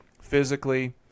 physically